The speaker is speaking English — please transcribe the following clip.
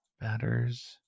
Batters